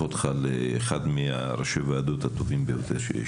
אותך לאחד מראשי הוועדות הטובים ביותר שיש.